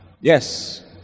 Yes